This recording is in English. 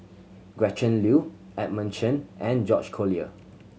Gretchen Liu Edmund Chen and George Collyer